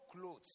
clothes